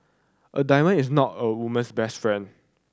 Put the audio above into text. a diamond is not a woman's best friend